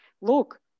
look